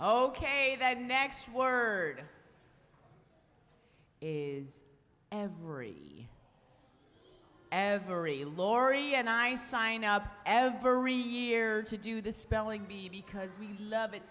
ok the next word is every every lori and i sign up every year to do the spelling bee because we love it